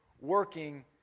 working